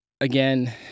again